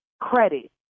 Credit